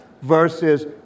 versus